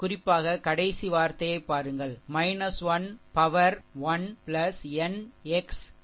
குறிப்பாக கடைசி வார்த்தையைப் பாருங்கள் 1 பவர்1 n xM 1n ஆக